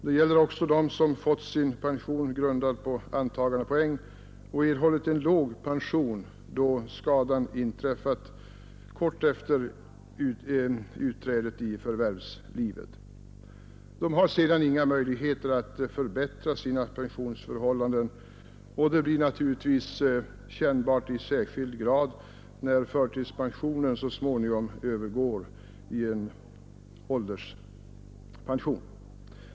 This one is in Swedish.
Det berör också dem som fått sin pension grundad på antagandepoäng och erhållit en låg pension då skada inträffat kort efter utträdet i förvärvslivet. De har sedan inga möjligheter att förbättra sina pensionsförhållanden, och det blir naturligtvis kännbart i särskild grad när förtidspensionen så småningom övergår i en ålderspension.